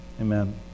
Amen